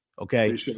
Okay